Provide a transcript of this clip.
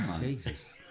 Jesus